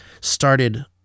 started